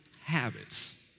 habits